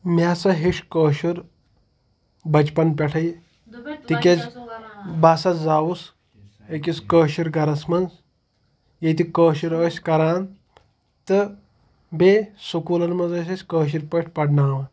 مےٚ ہَسا ہیٚچھ کٲشُر بَچپَن پٮ۪ٹھَے تِکیٛازِ بہٕ ہَسا زاوُس أکِس کٲشِر گَرَس منٛز ییٚتہِ کٲشُر ٲسۍ کَران تہٕ بیٚیہِ سکوٗلَن منٛز ٲسۍ أسۍ کٲشِرۍ پٲٹھی پَرناوان